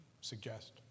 suggest